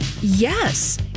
Yes